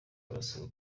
barasabwa